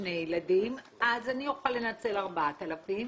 שני ילדים אז אני אוכל לנצל 4,000,